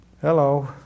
Hello